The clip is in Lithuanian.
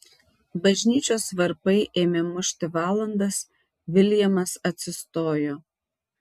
bažnyčios varpai ėmė mušti valandas viljamas atsistojo